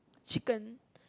chicken